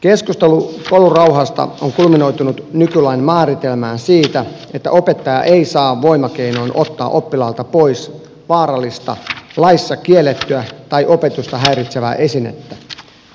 keskustelu koulurauhasta on kulminoitunut nykylain määritelmään siitä että opettaja ei saa voimakeinoin ottaa oppilaalta pois vaarallista laissa kiellettyä tai opetusta häiritsevää esinettä